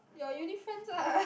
your uni friends lah